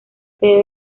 sede